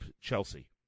Chelsea